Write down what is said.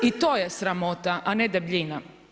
I to je sramota, a ne debljina.